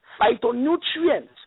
phytonutrients